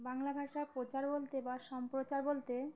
বাংলা ভাষা প্রচার বলতে বা সম্প্রচার বলতে